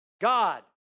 God